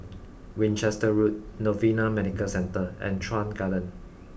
Winchester Road Novena Medical Centre and Chuan Garden